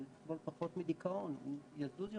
הוא יסבול פחות מדיכאון, הוא יזוז יותר.